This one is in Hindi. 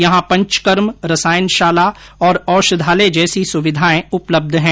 यहां पंचकर्म रसायन शाला और औषधालय जैसी सुविधाएं उपलब्ध हैं